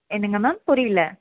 என்னங்க மேம் புரியல